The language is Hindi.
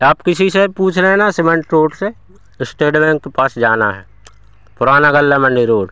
आप किसी से भी पूछ लेना सिमेंट रोड से इस्टेट बैंक के पास जाना है पुराना गल्ला मंडी रोड